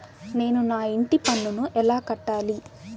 నేను నా ఇంటి పన్నును ఎలా కట్టాలి?